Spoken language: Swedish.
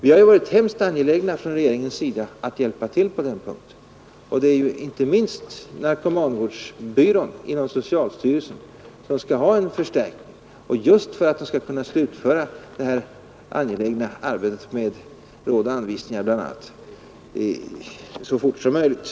Vi har från regeringens sida varit väldigt angelägna att hjälpa till på den punkten, och det är inte minst därför som vi nu vill förstärka socialstyrelsens resurser på narkomanvårdssidan.